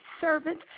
servant